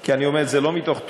כי אני אומר את זה לא מתוך טרוניה.